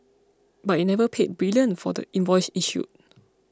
but it never paid Brilliant for the invoice issued